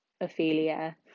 Ophelia